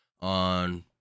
on